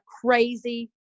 crazy